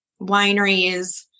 wineries